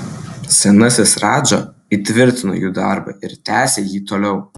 senasis radža įtvirtino jų darbą ir tęsė jį toliau